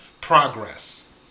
Progress